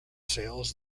sales